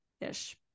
ish